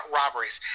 robberies